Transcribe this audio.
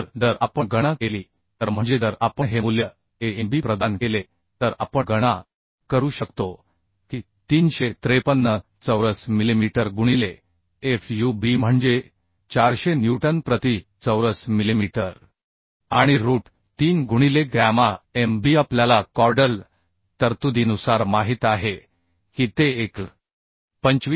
तर जर आपण गणना केली तर म्हणजे जर आपण हे मूल्य AnB प्रदान केले तर आपण गणना करू शकतो की 353 चौरस मिलिमीटर गुणिले FUB म्हणजे 400 न्यूटन प्रति चौरस मिलिमीटर आणि रूट 3 गुणिले गॅमा mBआपल्याला कॉर्डल तरतुदीनुसार माहित आहे की ते 1